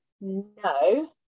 no